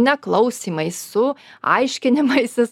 neklausymais su aiškinimaisis